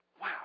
Wow